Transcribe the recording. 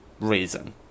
reason